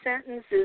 sentences